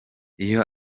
iyo